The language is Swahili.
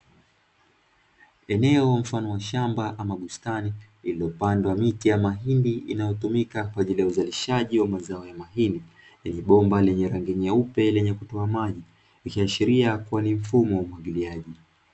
Eneo mfano wa shamba ama bustani, iliyopandwa miti ya mahindi inayotumika kwa ajili ya uzalishaji wa mazao ya mahindi, lenye bomba lenye rangi nyeupe lenye kutoa maji, ikiashiria kuwa ni mfumo wa umwagiliaji.